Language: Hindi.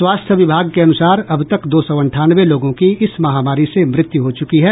स्वास्थ्य विभाग के अनुसार अब तक दो सौ अंठानवे लोगों की इस महामारी से मृत्यु हो चुकी है